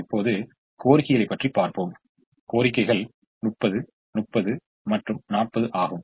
இப்போது கோரிக்கைகளைப் பற்றி பார்ப்போம் கோரிக்கைகள் 30 30 மற்றும் 40 ஆகும்